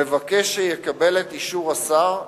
מבקש שיקבל את אישור השר,